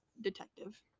detective